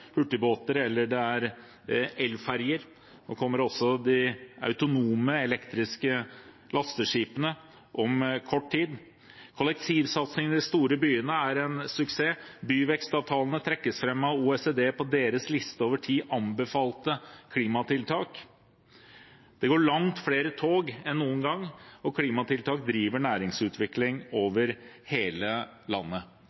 hurtigbåter eller det er elferjer. Nå kommer også de autonome, elektriske lasteskipene om kort tid. Kollektivsatsingene i de store byene er en suksess. Byvekstavtalene trekkes fram av OECD på deres liste over ti anbefalte klimatiltak. Det går langt flere tog enn noen gang, og klimatiltak driver næringsutvikling